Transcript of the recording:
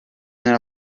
nella